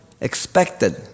expected